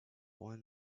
juan